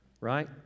right